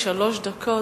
לרשותך שלוש דקות.